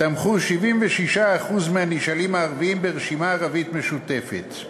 תמכו 76% מהנשאלים הערבים ברשימה ערבית משותפת.